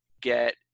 get